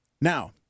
Now –